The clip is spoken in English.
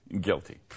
guilty